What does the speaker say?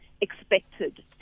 expected